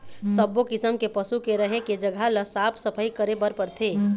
सब्बो किसम के पशु के रहें के जघा ल साफ सफई करे बर परथे